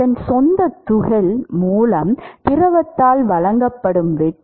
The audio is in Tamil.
அதன் சொந்த துகள் மூலம் திரவத்தால் வழங்கப்படும் வெட்டு